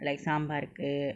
like saambar க்கு:ku